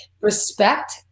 respect